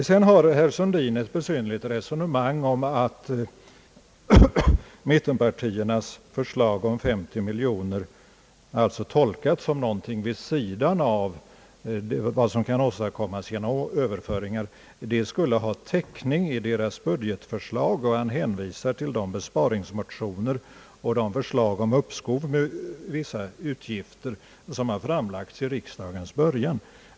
Vidare för herr Sundin ett besynnerligt resonemang om att mittenpartiernas förslag om 50 miljoner, tolkat som någonting vid sidan av vad som kan åstadkommas genom överföringar, skulle ha täckning i deras budgetförslag. Han hänvisar till de besparingsmotioner och de förslag om uppskov med vissa uppgifter, som har framlagts vid riksdagens början.